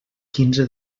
quinze